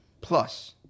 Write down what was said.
Plus